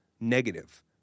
Negative